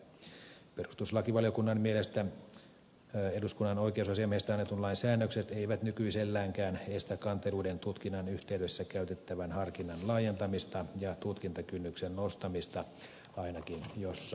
perustuslakivaliokunnan mielestä eduskunnan oikeusasiamiehestä annetun lain säännökset eivät nykyiselläänkään estä kanteluiden tutkinnan yhteydessä käytettävän harkinnan laajentamista ja tutkintakynnyksen nostamista ainakin jossain määrin